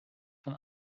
von